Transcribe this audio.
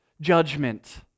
judgment